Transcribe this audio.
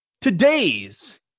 Today's